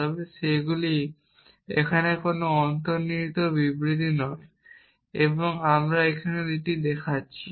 তবে সেগুলি এখানে কোন অন্তর্নিহিত বিবৃতি নয় এবং আমরা এখানে এটি দেখাচ্ছি